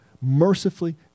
mercifully